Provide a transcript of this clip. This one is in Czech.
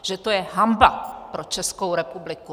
Že to je hanba pro Českou republiku!